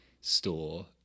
store